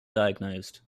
diagnosed